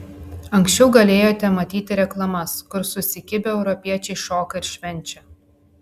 anksčiau galėjote matyti reklamas kur susikibę europiečiai šoka ir švenčia